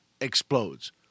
explodes